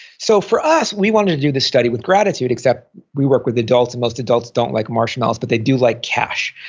so for us, we wanted to do the study with gratitude, except we work with adults and most adults don't like marshmallows, but they do like cash.